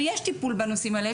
ויש טיפול בנושאים האלה,